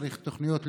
צריך תוכניות לימוד,